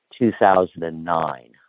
2009